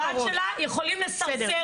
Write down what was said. שכל אם שתדע, הבת שלה יכולים לסרסר אותה.